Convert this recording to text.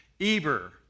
Eber